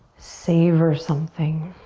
savor something?